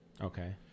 Okay